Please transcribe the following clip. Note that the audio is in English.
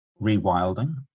rewilding